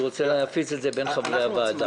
אני רוצה להפיץ את זה בין חברי הוועדה.